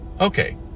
Okay